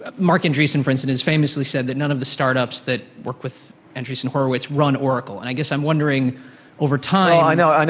ah marc andreessen for instance, famously said that, none of the start ups that work with andreessen horowitz run oracle. and i guess i'm wondering over time i know, i know, and